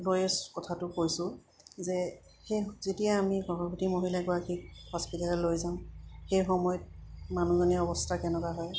কথাটো কৈছোঁ যে সেই যেতিয়া আমি গৰ্ভৱতী মহিলাগৰাকীক হস্পিতেলৈ লৈ যাওঁ সেই সময়ত মানুহজনীৰ অৱস্থা কেনেকুৱা হয়